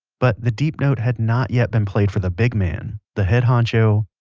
but the deep note had not yet been played for the big man, the head honcho,